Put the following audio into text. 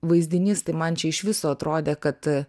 vaizdinys tai man čia iš viso atrodė kad